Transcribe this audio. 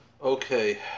Okay